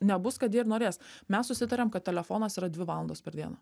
nebus kad jie ir norės mes susitariam kad telefonas yra dvi valandos per dieną